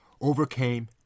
overcame